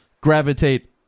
gravitate